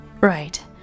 Right